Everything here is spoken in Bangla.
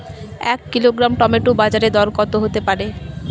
এক কিলোগ্রাম টমেটো বাজের দরকত হতে পারে?